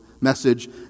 message